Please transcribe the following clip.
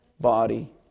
body